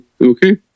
Okay